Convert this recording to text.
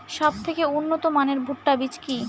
সবথেকে উন্নত মানের ভুট্টা বীজ কি?